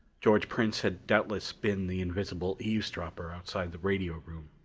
george prince had doubtless been the invisible eavesdropper outside the radio room.